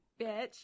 bitch